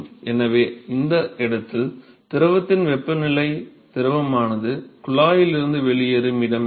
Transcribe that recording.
எனவே அந்த இடத்தில் திரவத்தின் வெப்பநிலை திரவமானது குழாயில் இருந்து வெளியேறும் இடம் L